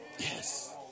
Yes